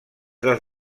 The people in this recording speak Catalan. dels